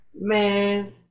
man